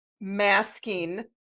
masking